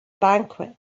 banquet